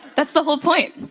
that's the whole point.